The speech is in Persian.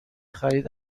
خرید